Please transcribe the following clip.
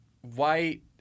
white